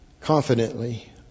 confidently